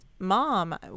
mom